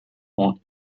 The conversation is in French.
ont